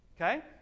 okay